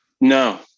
no